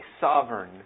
sovereign